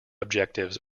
objectives